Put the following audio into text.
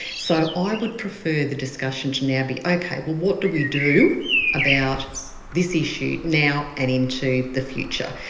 so i would prefer the discussion to now be, okay, but what do we do about this issue now and into the future?